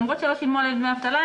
למרות שלא שילמו עליהם דמי אבטלה,